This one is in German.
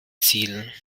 ziel